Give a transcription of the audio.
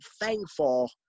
thankful